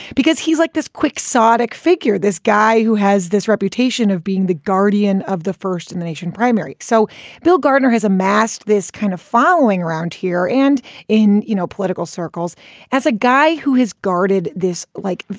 because he's like this quixotic figure, this guy who has this reputation of being the guardian of the first in the nation primary. so bill gardner has amassed this kind of following around here and in, you know, political circles as a guy who has guarded this, like,